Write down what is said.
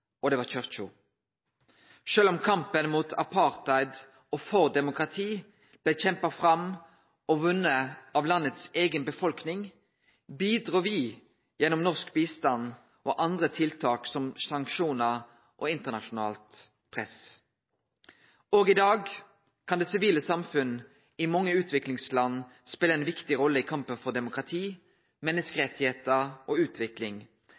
og det var pengar i form av bistand. Denne bistanden, denne pengestøtta, gjekk gjennom to kanalar: fagrørsla og kyrkja. Sjølv om kampen mot apartheid og for demokrati blei kjempa fram og vunne av landets eiga befolkning, bidrog me gjennom norsk bistand og andre tiltak som sanksjonar og internasjonalt press. Òg i dag kan det sivile samfunnet i mange utviklingsland spele ei viktig rolle i